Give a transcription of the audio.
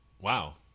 Wow